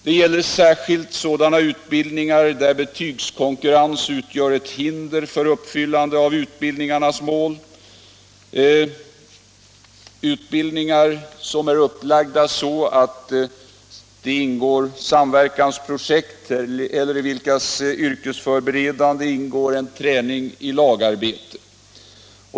Det gäller särskilt sådana utbildningar där betygskonkurrens utgör ett hinder för uppfyllande av utbildningarnas mål, utbildningar som är upplagda som samverkansprojekt eller i vilkas yrkesförberedelse ingår en träning i lagarbete.